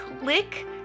click